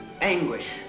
anguish